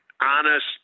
honest